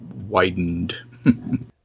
widened